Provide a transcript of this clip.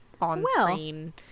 on-screen